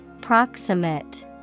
Proximate